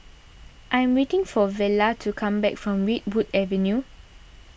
I am waiting for Vella to come back from Redwood Avenue